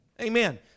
Amen